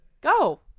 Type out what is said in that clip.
go